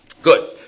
Good